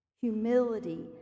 humility